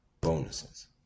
bonuses